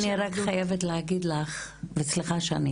אני רק חייבת להגיד לך וסליחה שאני